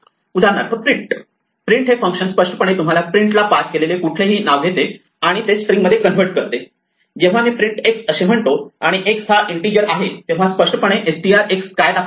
उदाहरणार्थ print print हे function स्पष्टपणे तुम्ही प्रिंट ला पास केलेले कुठलेही नाव घेते आणि ते स्ट्रिंग मध्ये कन्वर्ट करते जेव्हा मी प्रिंट x असे म्हणतो आणि x हा इन्टिजर आहे तेव्हा स्पष्टपणे str काय दाखवते